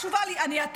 הייתי בסד זמנים אדיר.